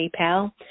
PayPal